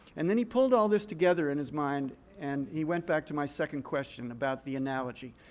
and then he pulled all this together in his mind. and he went back to my second question about the analogy.